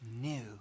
new